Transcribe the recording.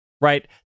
Right